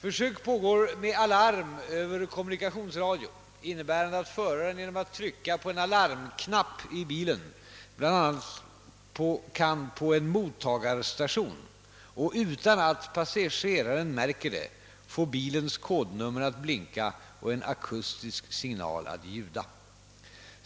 Försök pågår med alarm över kommunikationsradio, innebärande att föraren genom att trycka på en alarmknapp i bilen bl.a. kan på en mottagarstation och utan att passageraren märker det få bilens kodnummer att blinka och en akustisk signal att ljuda.